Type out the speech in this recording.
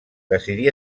decidí